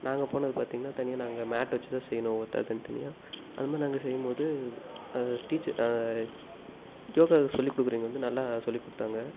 நாங்கள் போனது பார்த்திங்கனா தனியாக நாங்கள் மேட்டு வச்சு தான் செய்யணும் ஒவ்வொருத்தராக தனித் தனியாக அது மாதிரி நாங்கள் செய்யும் போது அது டீச்சர் யோகா சொல்லிக் கொடுக்குறவைங்க வந்து நல்லா சொல்லி கொடுத்தாங்க